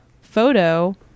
photo